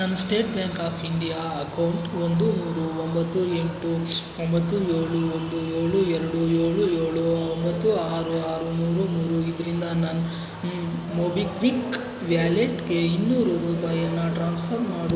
ನನ್ನ State Bank of India account ಒಂದು ಮೂರು ಒಂಬತ್ತು ಎಂಟು ಒಂಬತ್ತು ಏಳು ಒಂದು ಏಳು ಎರಡು ಏಳು ಏಳು ಒಂಬತ್ತು ಆರು ಆರು ಮೂರು ಮೂರು ಇದರಿಂದ ನನ್ನ ಮೊಬಿಕ್ವಿಕ್ ಕ್ವಿಕ್ ವ್ಯಾಲೆಟ್ಗೆ ಇನ್ನೂರು ರೂಪಾಯಿಯನ್ನು ಟ್ರಾನ್ಸ್ಫರ್ ಮಾಡು